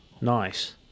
Nice